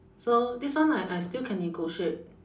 so this one I I still can negotiate